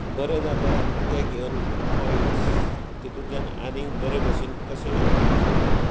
बरें जाता तें घेवन पॉयंटस तितुंतल्यान आनीक बरें बाशेन कशें ये करुं शकता